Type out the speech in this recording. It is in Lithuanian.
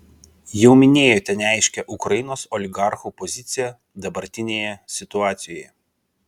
jau minėjote neaiškią ukrainos oligarchų poziciją dabartinėje situacijoje